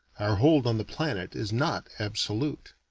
our hold on the planet is not absolute.